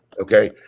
Okay